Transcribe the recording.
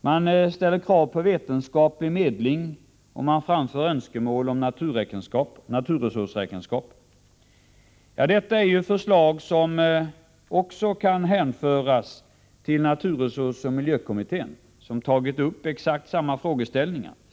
Man ställer krav på vetenskaplig medling, och man framför önskemål om naturresursräkenskaper. Detta är också förslag som kan hänföras till naturresursoch miljökommittén, som tagit upp exakt samma frågeställningar.